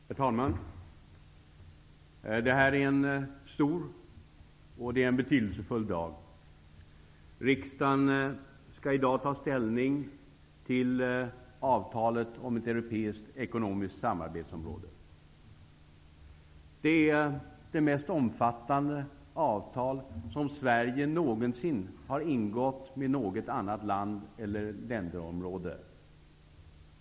Herr talman! Detta är en stor och betydelsefull dag. Riksdagen skall i dag ta ställning till avtalet om ett europeiskt, ekonomiskt samarbetsområde. Det är det mest omfattande avtal som Sverige någonsin har ingått med något annat land eller länderområde.